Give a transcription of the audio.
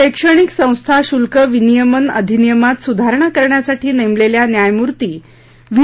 शैक्षणिक संस्था शुल्क विनियम अधिनियमात सुधारणा करण्यासाठी नेमलेल्या न्यायमूर्ती व्ही